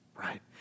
Right